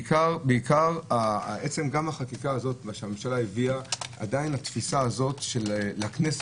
בעיקר החקיקה הזאת שהממשלה הביאה עדיין התפיסה שהכנסת,